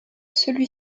celui